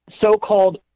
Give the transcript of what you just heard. so-called